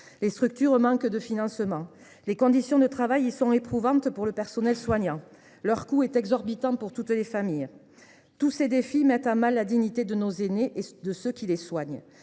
les structures manquent de financement ; les conditions de travail y sont éprouvantes pour le personnel soignant ; leur coût est exorbitant pour les familles. Tous ces défis mettent à mal la dignité de nos aînés et de ceux qui les soignent.